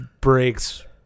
breaks